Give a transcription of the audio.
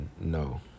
No